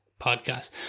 podcast